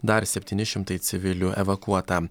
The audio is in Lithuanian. dar septyni šimtai civilių evakuota